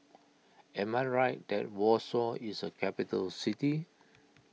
am I right that Warsaw is a capital city